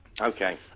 Okay